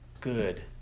good